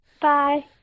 Bye